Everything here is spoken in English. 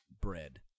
bread